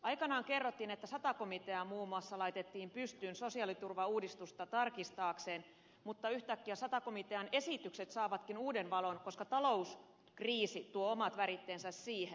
aikanaan kerrottiin että sata komitea muun muassa laitettiin pystyyn sosiaaliturvauudistuksen tarkistamista varten mutta yhtäkkiä sata komitean esitykset tulevatkin uuteen valoon koska talouskriisi tuo omat väritteensä siihen